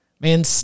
man